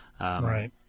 Right